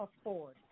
afford